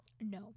No